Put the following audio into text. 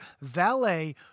valet